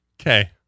Okay